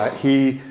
he